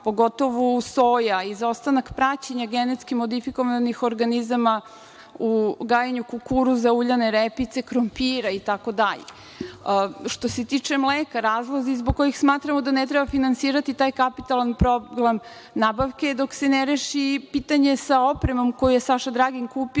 pogotovo soje, izostanak praćenje GMO u gajenju kukuruza, uljane repice, krompira, itd. Što se tiče mleka, razlozi zbog kojih smatramo da ne treba finansirati taj kapitalni program nabavke dok se ne reši pitanje sa opremom koju je Saša Dragin kupio,